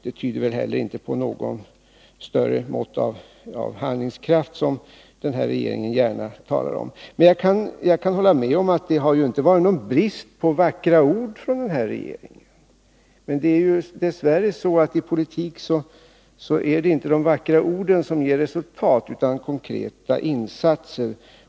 Det tyder inte heller på något större mått av handlingskraft, som den här regeringen gärna talar om. Men jag kan hålla med om att det inte har varit någon brist på vackra ord från regeringen. Men dess värre är det inom politiken inte de vackra orden som ger resultat utan konkreta insatser.